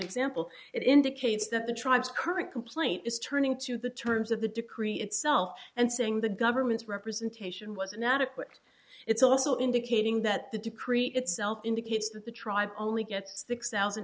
example it indicates that the tribes current complaint is turning to the terms of the decree itself and saying the government's representation was inadequate it's also indicating that the decree itself indicates that the tribes only get six thousand